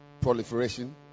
proliferation